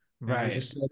Right